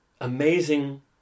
amazing